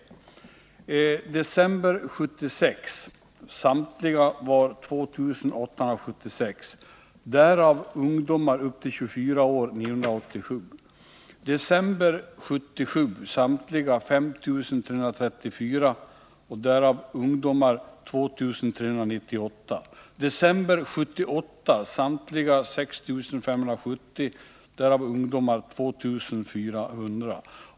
I december 1976 var det totala antalet arbetssökande 2876, varav ungdomar upp till 24 år 987. I december 1977 var det totala antalet arbetssökande 5 334, varav ungdomar upp till 24 år 2 398. I december 1978 var det totala antalet arbetssökande 6 570, varav ungdomar upp till 24 år 2400.